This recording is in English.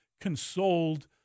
consoled